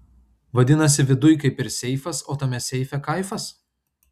vadinasi viduj kaip ir seifas o tame seife kaifas